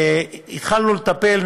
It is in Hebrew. התחלנו לטפל,